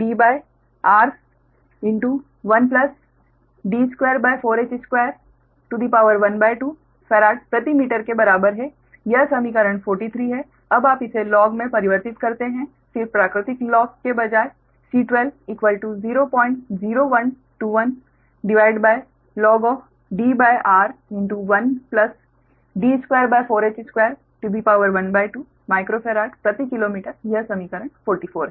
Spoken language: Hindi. D24h2 12 फैराड प्रति मीटर के बराबर है यह समीकरण 43 है अब आप इसे लॉग में परिवर्तित करते हैं फिर प्राकृतिक लॉग के बजाय C1200121Dr1 D24h2 12 माइक्रोफ़ारड प्रति किलोमीटर यह समीकरण 44 है